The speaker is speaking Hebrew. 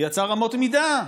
ויצר אמות מידה,